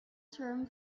term